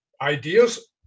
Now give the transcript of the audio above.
ideas